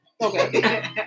Okay